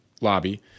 lobby